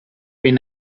been